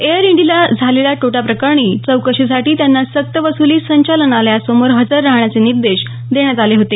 air इंडीयाला झालेल्या तोट्याप्रकरणी चौकशीसाठी त्यांना सक्त वसुली संचालनालयासमोर हजर राहण्याचे निर्देश देण्यात आले होते